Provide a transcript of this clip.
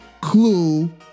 clue